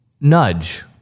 nudge